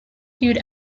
hued